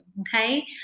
Okay